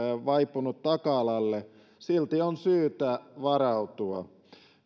vaipunut taka alalle silti on syytä varautua